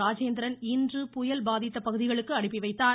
ராஜேந்திரன் இன்று புயல் பாதித்த பகுதிகளுக்கு அனுப்பிவைத்தார்